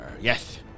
Yes